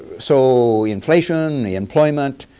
so inflation, the employment,